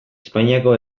espainiako